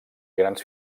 grans